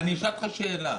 אשאל אותך שאלה: